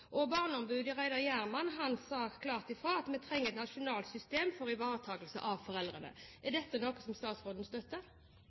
sine. Barneombudet, Reidar Hjermann, sa klart ifra at vi trenger et nasjonalt system for ivaretakelse av foreldrene. Er